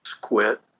quit